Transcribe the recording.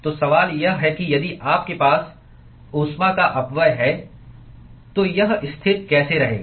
तो सवाल यह है कि यदि आपके पास ऊष्मा का अपव्यय है तो यह स्थिर कैसे रहेगा